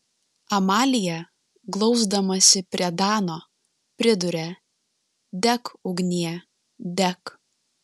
amalija glausdamasi prie dano priduria dek ugnie dek